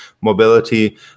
mobility